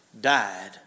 died